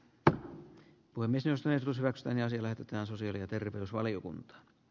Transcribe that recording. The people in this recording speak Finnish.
ap puimisesta ja kysyäkseni asia lähetetään sosiaali ja terveysvaliokuntaan